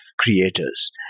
creators